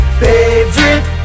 favorite